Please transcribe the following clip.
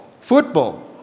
Football